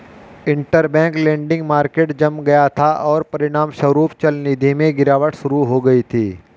interbank lending market जम गया था, और परिणामस्वरूप चलनिधि में गिरावट शुरू हो गई थी